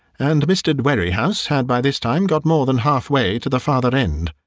and mr. dwerrihouse had by this time got more than half-way to the farther end.